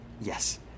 Yes